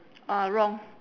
orh wrong